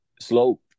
slow